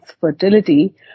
fertility